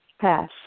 Pass